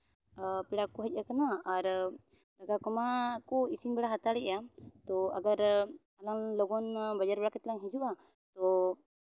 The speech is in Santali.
ᱯᱮᱲᱟ ᱠᱚ ᱦᱮᱡᱽ ᱟᱠᱟᱱᱟ ᱟᱨ ᱫᱟᱠᱟ ᱠᱚᱢᱟ ᱠᱚ ᱤᱥᱤᱱ ᱵᱟᱰᱟ ᱦᱟᱛᱟᱲᱮᱜᱼᱟ ᱛᱚ ᱟᱜᱟᱨ ᱟᱞᱟᱝ ᱞᱚᱜᱚᱱ ᱵᱟᱡᱟᱨ ᱵᱟᱲᱟ ᱠᱟᱛᱮᱫ ᱞᱟᱝ ᱦᱤᱡᱩᱜᱼᱟ ᱛᱚ